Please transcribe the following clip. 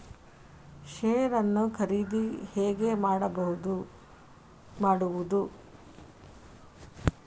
Share ನ್ನು ಖರೀದಿ ಹೇಗೆ ಮಾಡುವುದು?